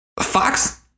Fox